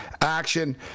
action